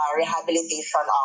rehabilitation